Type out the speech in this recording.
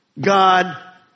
God